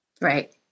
Right